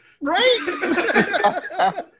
right